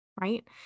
Right